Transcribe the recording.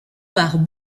par